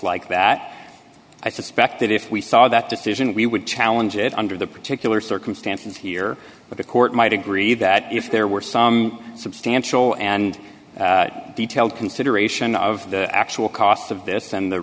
like that i suspect that if we saw that decision we would challenge it under the particular circumstances here but the court might agree that if there were some substantial and detailed consideration of the actual cost of this and the